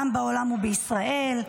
גם בעולם וגם בישראל,